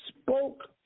spoke